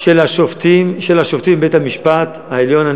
של השופטים, בית-המשפט העליון.